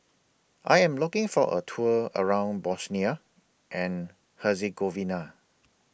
I Am looking For A Tour around Bosnia and Herzegovina